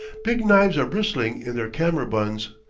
big knives are bristling in their kammerbunds,